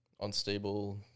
unstable